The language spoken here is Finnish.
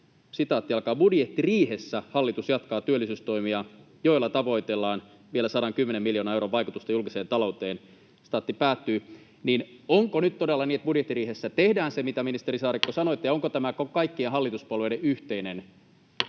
että ”budjettiriihessä hallitus jatkaa työllisyystoimia, joilla tavoitellaan vielä 110 miljoonan euron vaikutusta julkiseen talouteen”, niin onko nyt todella niin, että budjettiriihessä tehdään, ministeri Saarikko, se, mitä sanoitte, ja onko tämä kaikkien hallituspuolueiden yhteinen